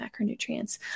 macronutrients